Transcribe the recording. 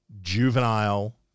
juvenile